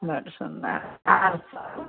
बड्ड सुन्दर आब कहू